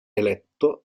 eletto